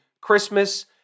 Christmas